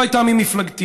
שלא הייתה ממפלגתי,